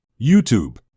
YouTube